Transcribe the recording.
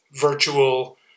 virtual